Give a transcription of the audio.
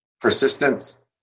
persistence